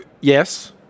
yes